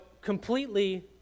completely